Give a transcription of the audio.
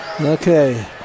Okay